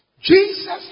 Jesus